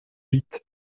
vite